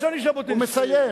ז'בוטינסקי,